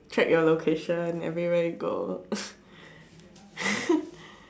track your location everywhere you go